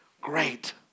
Great